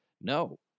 No